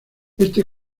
este